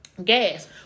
Gas